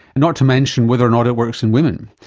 not to mention whether or not it works in women.